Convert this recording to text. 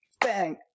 bang